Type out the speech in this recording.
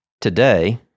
Today